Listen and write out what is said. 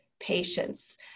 patients